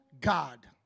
God